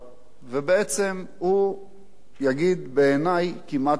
ובעצם הוא יגיד, בעיני, כמעט את הכול.